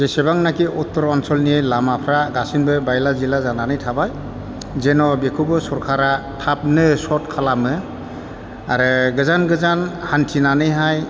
जेसेबांनाखि उत्तर ओनसोलनि लामाफ्रा गासिनबो बायला जिला जानानै थाबाय जेन' बेखौबो सरखारा थाबनो सर्ट खालामो आरो गोजान गोजान हान्थिनानैहाय